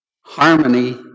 harmony